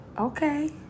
Okay